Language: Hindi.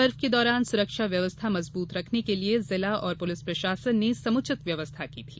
पर्व के दौरान सुरक्षा व्यवस्था मजबूत रखने के लिये जिला और पुलिस प्रशासन ने समुचित व्यवस्थाएं की थी